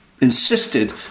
insisted